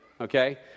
okay